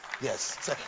Yes